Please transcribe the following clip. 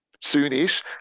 soon-ish